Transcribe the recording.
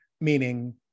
meaning